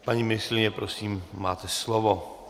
Paní ministryně, prosím, máte slovo.